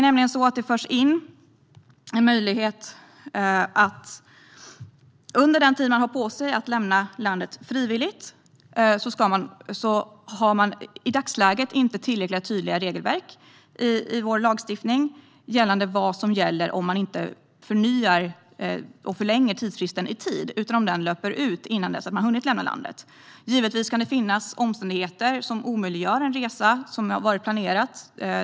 När det gäller den tid man har på sig att lämna landet frivilligt finns det i dagsläget inte tillräckligt tydliga regelverk i vår lagstiftning om vad som gäller om man inte förnyar och förlänger tidsfristen i tid och den löper ut innan man har hunnit lämna landet. Det kan givetvis finnas omständigheter som omöjliggör en resa som har varit planerad.